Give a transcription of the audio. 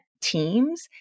teams